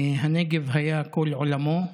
הנגב היה כל עולמו,